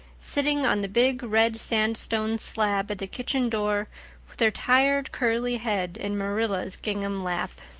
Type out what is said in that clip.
sitting on the big red-sandstone slab at the kitchen door with her tired curly head in marilla's gingham lap.